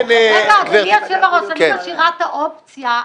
אדוני היושב-ראש, אני משאירה את האופציה.